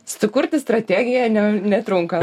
sukurti strategiją ne netrunka